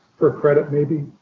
or credit maybe,